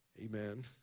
Amen